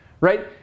right